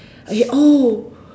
okay oh